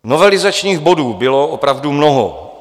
Novelizačních bodů bylo opravdu mnoho.